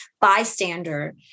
bystander